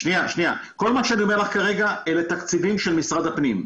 כל מה שאני אומר כרגע אלה תקציבים של משרד הפנים.